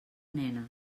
nena